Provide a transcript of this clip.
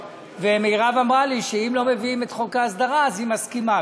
ומרב אמרה לי שאם לא מביאים את חוק ההסדרה אז היא מסכימה,